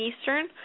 Eastern